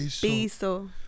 piso